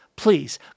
Please